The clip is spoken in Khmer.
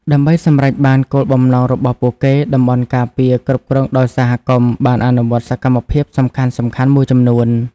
ដើម្បីសម្រេចបានគោលបំណងរបស់ពួកគេ តំបន់ការពារគ្រប់គ្រងដោយសហគមន៍ បានអនុវត្តសកម្មភាពសំខាន់ៗមួយចំនួន។